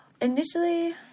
Initially